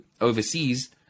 overseas